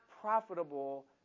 profitable